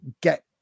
get